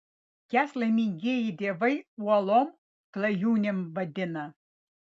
jas laimingieji dievai uolom klajūnėm vadina